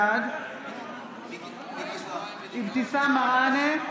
בעד אבתיסאם מראענה,